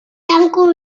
tanco